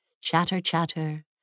Chatter-chatter